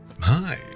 Hi